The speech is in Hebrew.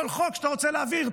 כל חוק שאתה רוצה להעביר,